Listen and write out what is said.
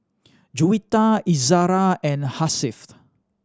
Juwita Izzara and Hasif